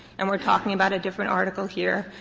and we are talking about a different article here.